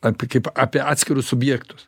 apie kaip apie atskirus subjektus